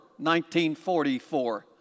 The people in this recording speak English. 1944